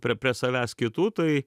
prie prie savęs kitų tai